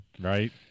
Right